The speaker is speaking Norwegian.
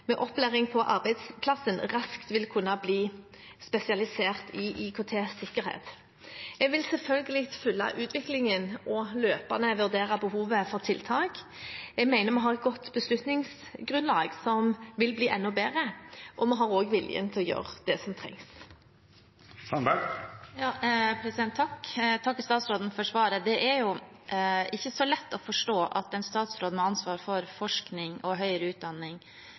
Jeg vil selvfølgelig følge utviklingen og løpende vurdere behovet for tiltak. Jeg mener vi har et godt beslutningsgrunnlag, som vil bli enda bedre, og vi har også viljen til å gjøre det som trengs. Jeg takker statsråden for svaret. Det er ikke så lett å forstå at en statsråd med ansvar for forskning og høyere utdanning,